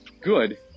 good